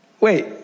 wait